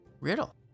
riddle